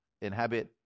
inhabit